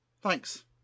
Thanks